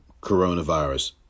coronavirus